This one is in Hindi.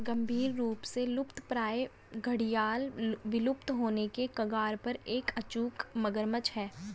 गंभीर रूप से लुप्तप्राय घड़ियाल विलुप्त होने के कगार पर एक अचूक मगरमच्छ है